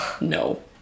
no